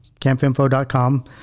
campinfo.com